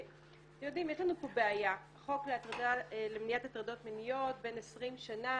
יש לנו פה בעיה החוק למניעת הטרדות מיניות בן 20 שנה